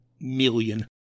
million